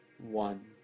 One